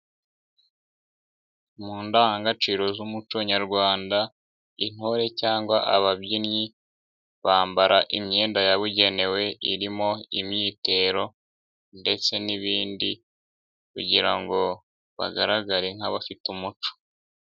Mu ndangagaciro z'umuco nyarwanda, intore cyangwa ababyinnyi bambara imyenda yabugenewe irimo imyitero ndetse n'ibindi, kugira ngo bagaragare nk'abafite umuco.